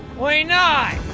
why not?